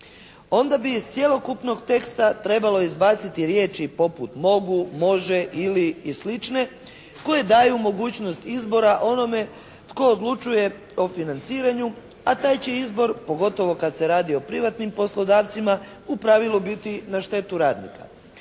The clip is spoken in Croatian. onda bi iz cjelokupnog teksta trebalo izbaciti riječi poput mogu, može ili i slične koje daju mogućnost izbora onome tko odlučuje o financiranju a taj će izbor pogotovo kad se radi o privatnim poslodavcima u pravilu biti na štetu radnika.